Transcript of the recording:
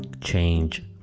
change